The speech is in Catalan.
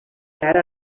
ara